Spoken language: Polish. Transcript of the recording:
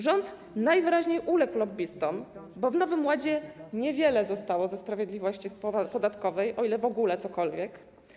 Rząd najwyraźniej uległ lobbystom, bo w Nowym Ładzie niewiele zostało ze sprawiedliwości podatkowej, o ile w ogóle cokolwiek.